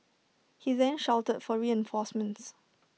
he then shouted for reinforcements